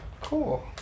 Cool